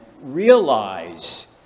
realize